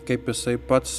kaip jisai pats